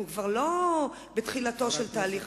אנחנו כבר לא בתחילתו של תהליך,